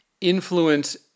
influence